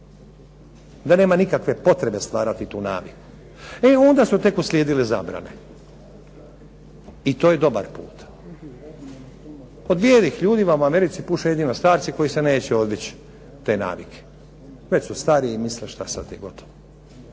da nema nikakve potrebe stvarati tu naviku. E onda su tek uslijedile zabrane. E to je dobar put. Od bijelih ljudi vam u Americi puše jedino starci koji se neće odvići te navike. Već su stariji i misle šta sad je gotovo.